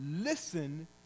Listen